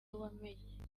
wamenye